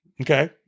okay